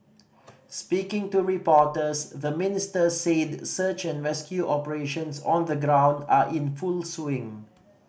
speaking to reporters the Minister said search and rescue operations on the ground are in full swing